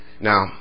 Now